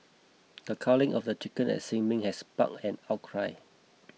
the culling of the chickens at Sin Ming had sparked an outcry